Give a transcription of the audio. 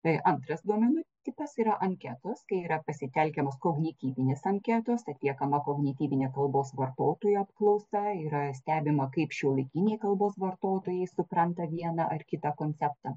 tai antras duomenų tipas yra anketos kai yra pasitelkiamos kognityvinės anketos atliekama kognityvinė kalbos vartotojų apklausa yra stebima kaip šiuolaikiniai kalbos vartotojai supranta vieną ar kitą konceptą